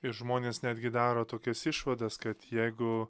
ir žmonės netgi daro tokias išvadas kad jeigu